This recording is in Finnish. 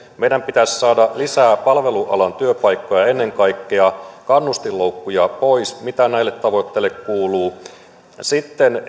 meidän pitäisi saada lisää palvelualan työpaikkoja ennen kaikkea kannustinloukkuja pois mitä näille tavoitteille kuuluu entäs sitten